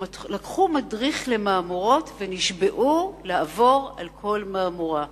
לקחו מדריך למהמורות ונשבעו לעבור על כל מהמורה.